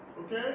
Okay